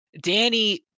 Danny